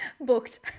Booked